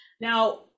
Now